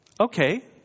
okay